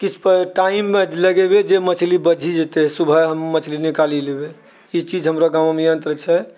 किसपर टाइममे लगेबै जे मछली बाझि जेतै सुबह हम मछली निकाली लेबै ई चीज हमरा गाँवमे यन्त्र छै